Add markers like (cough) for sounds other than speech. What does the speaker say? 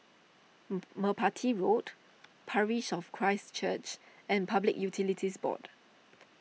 (hesitation) Merpati Road Parish of Christ Church and Public Utilities Board